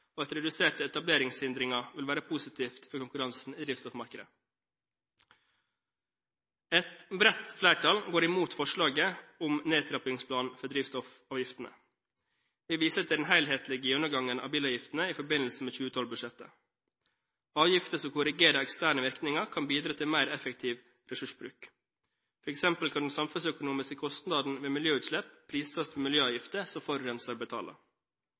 drivstoffmarkedet. Et bredt flertall går imot forslaget om en nedtrappingsplan for drivstoffavgiftene. Vi viser til den helhetlige gjennomgangen av bilavgiftene i forbindelse med 2012-budsjettet. Avgifter som korrigerer eksterne virkninger, kan bidra til mer effektiv ressursbruk. For eksempel kan den samfunnsøkonomiske kostnaden ved miljøutslipp prises ved miljøavgifter som forurenser betaler.